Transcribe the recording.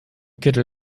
kittel